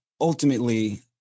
Ultimately